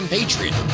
Patriot